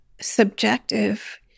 subjective